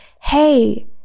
hey